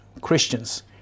Christians